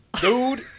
Dude